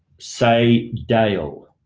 sai dale.